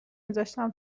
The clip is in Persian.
میذاشتم